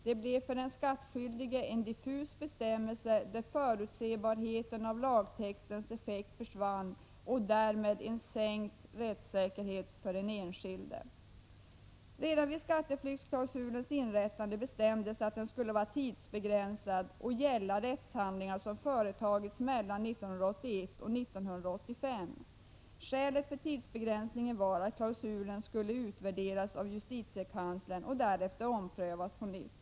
Det blev för den skattskyldige en diffus bestämmelse där förutsebarheten av lagens effekt försvann, och det blev därmed en sänkt rättssäkerhet för den enskilde. Redan vid skatteflyktsklausulens inrättande bestämdes att den skulle vara tidsbegränsad och gälla rättshandlingar som företagits mellan 1981 och 1985. Skälet för tidsbegränsningen var att klausulen skulle utvärderas av justitiekanslern och därefter omprövas på nytt.